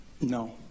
No